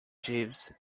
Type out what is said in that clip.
jeeves